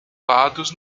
lados